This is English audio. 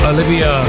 Olivia